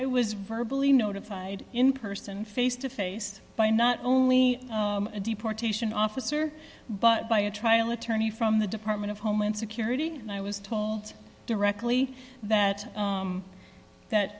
it was verbal ie notified in person face to face by not only a deportation officer but by a trial attorney from the department of homeland security and i was told directly that that